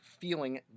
feeling